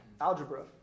algebra